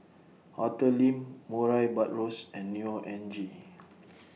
Arthur Lim Murray Buttrose and Neo Anngee